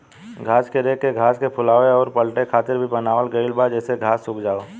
घास के रेक के घास के फुलावे अउर पलटे खातिर भी बनावल गईल बा जेसे घास सुख जाओ